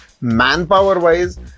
Manpower-wise